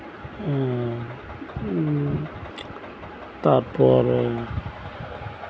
ᱟᱨ ᱮᱜ ᱛᱟᱨᱯᱚᱨᱮ